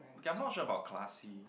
okay I'm not sure about classy